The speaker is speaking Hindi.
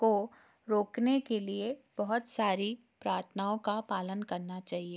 को रोकने के लिए बहुत सारी प्राथनाओं का पालन करना चाहिए